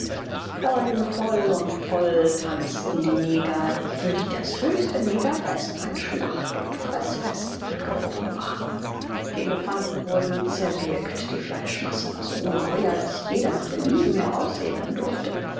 freudenvoll und toll tanzten die neger für die das höchste negerfest ein schlacht und freßfest angebrochen war die elefanten wurden zerwirkt die fleischmasse war so ungeheuer daß jeder nach belieben heraussäbeln durfte